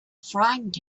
frightened